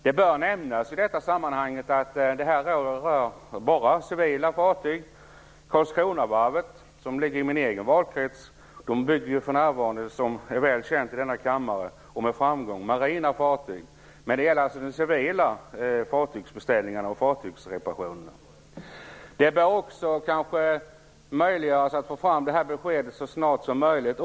Det bör i detta sammanhang nämnas att detta bara rör civila fartyg. Karlskronavarvet, som ligger i min egen valkrets, bygger för närvarande och med framgång marina fartyg, vilket är väl känt i denna kammare. Men här gäller det alltså beställningar och reparationer av civila fartyg. Det bör kanske också möjliggöras att få fram ett besked så snart som möjligt.